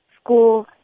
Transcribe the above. school